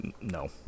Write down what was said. no